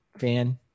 fan